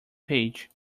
page